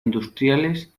industriales